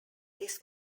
this